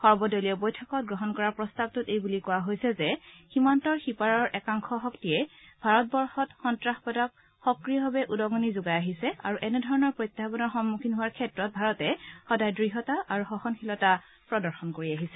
সৰ্বদলীয় বৈঠকত গ্ৰহণ কৰা প্ৰস্তাৱটোত এইবুলি কোৱা হৈছে যে সীমান্তৰ সিপাৰৰ একাংশ শক্তিয়ে ভাৰতবৰ্ষত সন্তাসবাদত সক্ৰিয়ভাৱে উদগণি যোগাই আহিছে আৰু এনেধৰণৰ প্ৰত্যাহানৰ সন্মুখীন হোৱাৰ ক্ষেত্ৰত ভাৰতে সদায় দঢ়তা আৰু সহনশীলতা প্ৰদৰ্শন কৰি আহিছে